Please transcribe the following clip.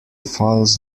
falls